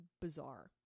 bizarre